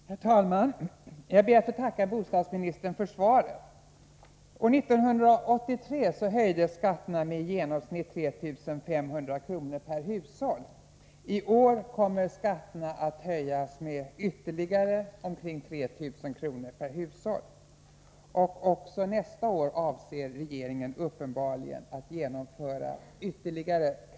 Herr talman! Jag ber att få tacka bostadsministern för svaret. År 1983 höjdes skatterna med i genomsnitt 3 500 kr. per hushåll. I år kommer skatterna att höjas med ytterligare omkring 3 000 kr. per hushåll, och också nästa år avser regeringen uppenbarligen att genomföra kraftiga skattehöjningar.